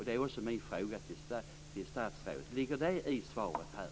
Det är också min fråga till statsrådet: Ligger detta i svaret här?